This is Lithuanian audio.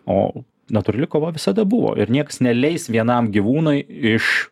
o natūrali kova visada buvo ir nieks neleis vienam gyvūnui iš